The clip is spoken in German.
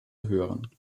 hören